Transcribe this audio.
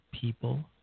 people